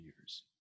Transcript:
years